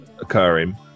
occurring